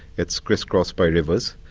it's crisscrossed by rivers,